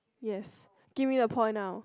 yes give me a point now